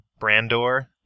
Brandor